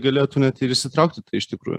galėtų net ir įsitraukti iš tikrųjų